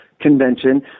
Convention